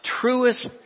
truest